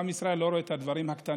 עם ישראל לא רואה את הדברים הקטנים.